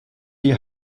die